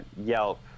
Yelp